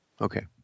Okay